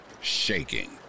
shaking